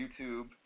YouTube